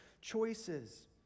choices